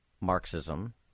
Marxism